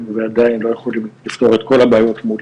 ועדיין לא יכולים לפתור את כל הבעיות מול